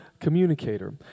Communicator